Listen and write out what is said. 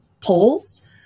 Polls